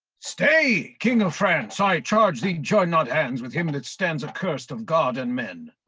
stay, king of france, i charge thee join not hands with him that stands accursed of god and men.